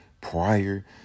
prior